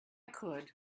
could